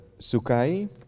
Sukai